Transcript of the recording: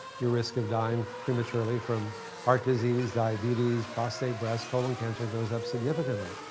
your risk of dying prematurely from heart disease, diabetes, prostate, breast, colon cancer goes up significantly.